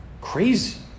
crazy